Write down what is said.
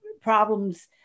problems